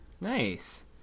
Nice